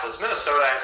Minnesota